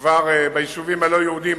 ביישובים הלא-יהודיים,